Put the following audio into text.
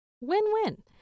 Win-win